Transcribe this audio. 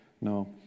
no